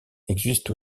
existe